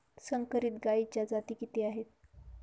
संकरित गायीच्या जाती किती आहेत?